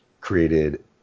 created